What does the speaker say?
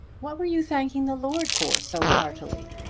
what were you thanking the lord for so heartily?